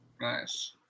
Nice